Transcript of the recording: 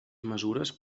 mesures